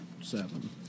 seven